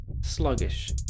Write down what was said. sluggish